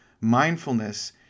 mindfulness